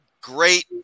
great